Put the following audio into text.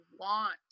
want